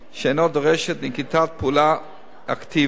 שאינה דורשת נקיטת פעולה אקטיבית.